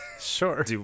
Sure